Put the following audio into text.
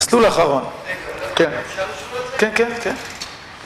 סלול אחרון כן כן, כן, כן